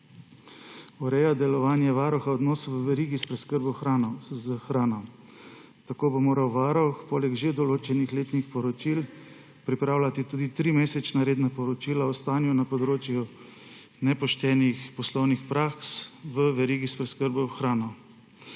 Ureja delovanje Varuha odnosov v verigi preskrbe s hrano. Tako bo moral Varuh poleg že določenih letnih poročil pripravljati tudi trimesečna redna poročila o stanju na področju nepoštenih poslovnih praks v verigi preskrbe s hrano.